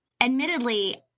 Admittedly